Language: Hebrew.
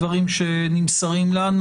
הדברים שנמסרים לנו.